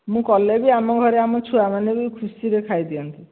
ମୁଁ କଲେ ବି ଆମ ଘରେ ଆମ ଛୁଆମାନେ ବି ଖୁସିରେ ଖାଇଦିଆନ୍ତି